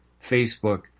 Facebook